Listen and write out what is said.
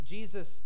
Jesus